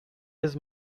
his